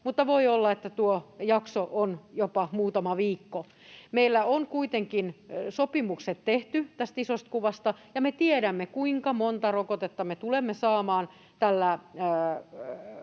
mutta voi olla, että tuo jakso on jopa muutama viikko. Meillä on kuitenkin sopimukset tehty tästä isosta kuvasta, ja me tiedämme, kuinka monta rokotetta me tulemme saamaan tällä